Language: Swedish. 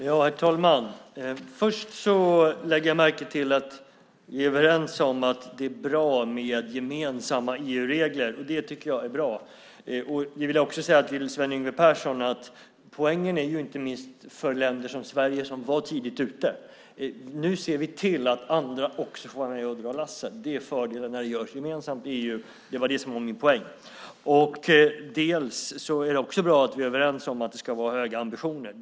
Herr talman! Först lägger jag märke till att vi är överens om att det är bra med gemensamma EU-regler. Det tycker jag är bra. Jag vill också säga till Sven Yngve Persson att poängen är, inte minst för länder som Sverige som var tidigt ute, att nu ser vi till att andra också får vara med och dra lasset. Det är en fördel när det görs gemensamt i EU, och det var det som var min poäng. Det är också bra att vi är överens om att det ska vara höga ambitioner.